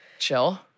Chill